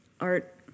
art